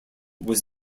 was